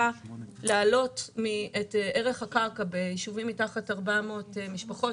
להעלות את ערך הקרקע ביישובים מתחת 400 משפחות,